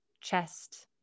chest